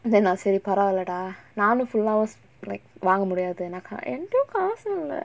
then நா சரி பரவாலடா நானு:naa sari paravaaladaa naanu full ah was like வாங்க முடியாது எனக்கு என்டயும் காசு இல்ல:vaanga mudiyaathu enakku entayum kaasu illa